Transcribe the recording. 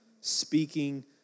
speaking